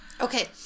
Okay